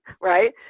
right